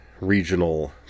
regional